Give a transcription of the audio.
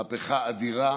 מהפכה אדירה